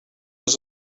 was